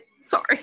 Sorry